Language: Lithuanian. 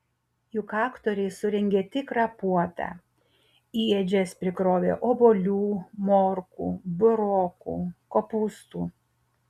juk aktoriai surengė tikrą puotą į ėdžias prikrovė obuolių morkų burokų kopūstų